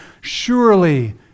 surely